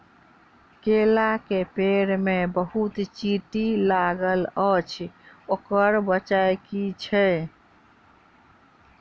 केला केँ पेड़ मे बहुत चींटी लागल अछि, ओकर बजय की छै?